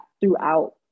throughout